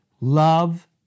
love